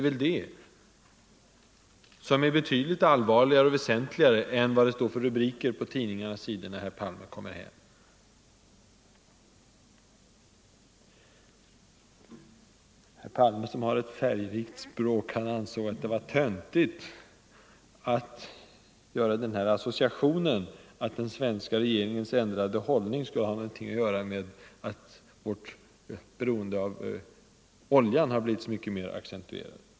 Det är betydligt allvarligare och väsentligare än vad det står för rubriker i tidningarna när herr Palme kommer hem. Herr Palme ansåg att det var ”töntigt” att koppla ihop den svenska = Nr 127 regeringens ändrade hållning och det förhållandet att vårt beroende av Fredagen den oljan har blivit så mycket mer uttalat.